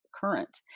current